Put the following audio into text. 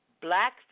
Black